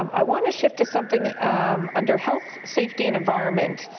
um i want to shift to something um under health, safety, and environment.